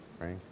Right